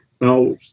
Now